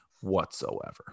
whatsoever